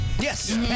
Yes